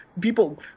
people